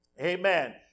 amen